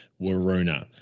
Waruna